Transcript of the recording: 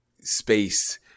space